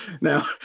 Now